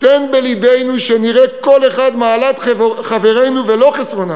תן בלבנו שנראה כל אחד מעלת חברינו ולא חסרונם,